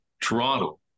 Toronto